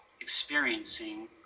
experiencing